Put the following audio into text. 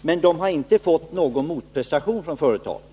men de har inte fått någon motprestation från företaget.